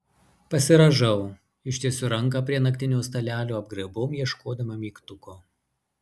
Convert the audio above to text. pasirąžau ištiesiu ranką prie naktinio stalelio apgraibom ieškodama mygtuko